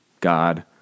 God